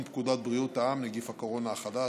פקודת בריאות העם (נגיף הקורונה החדש,